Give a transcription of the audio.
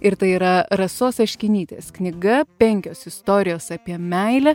ir tai yra rasos aškinytės knyga penkios istorijos apie meilę